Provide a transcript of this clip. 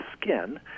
skin